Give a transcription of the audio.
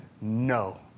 no